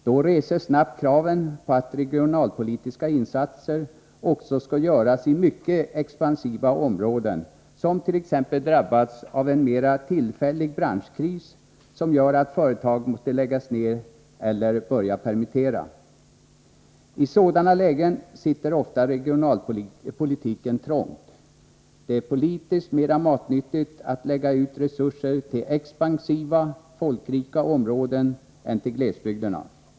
Då reses snabbt kraven på att regionalpolitiska insatser också skall göras i mycket expansiva områden, som t.ex. drabbats av en mera tillfällig branschkris, som gör att företag måste läggas ned eller börja permittera. I sådana lägen sitter ofta regionalpolitiken trångt. Det är politiskt mera matnyttigt att lägga ut resurser till expansiva, folkrika områden än till glesbygderna.